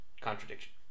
contradiction